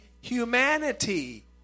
humanity